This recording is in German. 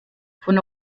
von